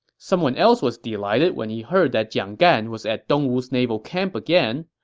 someone else was delighted when he heard that jiang gan was at dong wu's naval camp again.